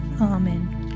Amen